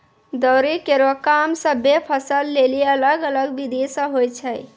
दौरी केरो काम सभ्भे फसल लेलि अलग अलग बिधि सें होय छै?